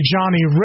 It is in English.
Johnny